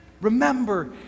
Remember